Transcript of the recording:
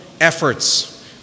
efforts